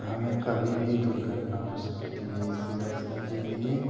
हमें कभी भी दुर्घटना हो सकती है इससे बचने के लिए